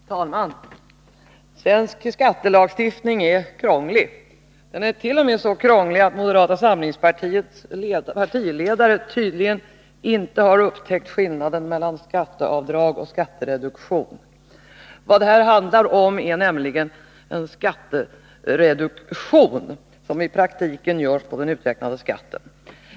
Herr talman! Svensk skattelagstiftning är krånglig. Den är t.o.m. så krånglig att moderata samlingspartiets partiledare tydligen inte har upptäckt skillnaden mellan skatteavdrag och skattereduktion. Vad det här handlar om är nämligen en skattereduktion, som i praktiken görs på den uträknade skatten.